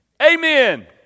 amen